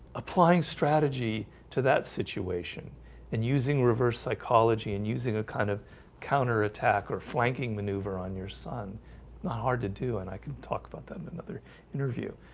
applying strategy to that situation and using reverse psychology and using a kind of counter-attack or flanking maneuver on your son not hard to do and i can talk about that in another interview